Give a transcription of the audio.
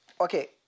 Okay